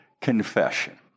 confession